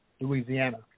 Louisiana